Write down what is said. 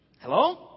Hello